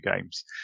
games